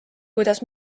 kuidas